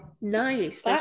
nice